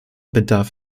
bedarf